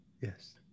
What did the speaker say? yes